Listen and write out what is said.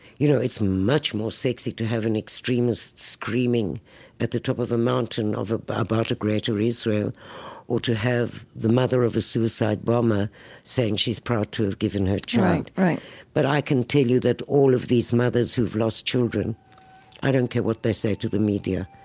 you know, it's much more sexy to have an extremist screaming at the top of a mountain ah about a greater israel or to have the mother of a suicide bomber saying she's proud to have given her child right, right but i can tell you that all of these mothers who've lost children i don't care what they say to the media,